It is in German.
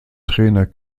trainer